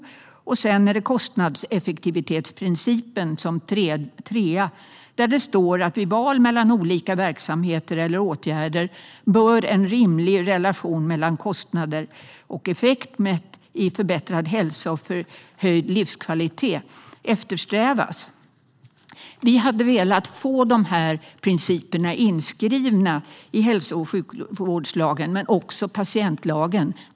Som trea kommer kostnadseffektivitetsprincipen, som säger att vid val mellan olika verksamheter eller åtgärder bör en rimlig relation mellan kostnader och effekt mätt i förbättrad hälsa och förhöjd livskvalitet eftersträvas. Vi hade velat få dessa principer inskrivna i hälso och sjukvårdslagen och även i patientlagen.